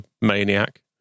maniac